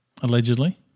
Allegedly